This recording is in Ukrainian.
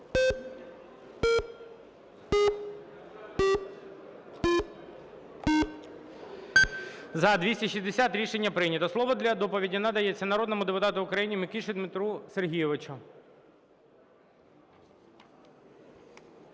За-260 Рішення прийнято. Слово для доповіді надається народному депутату України Микиші Дмитру Сергійовичу.